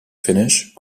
finish